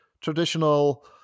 traditional